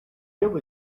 jew